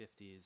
50s